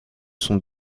sont